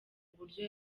uburyo